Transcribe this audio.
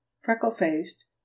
freckle-faced